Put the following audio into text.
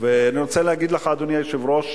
ואני רוצה להגיד לך, אדוני היושב-ראש,